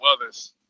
others